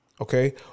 okay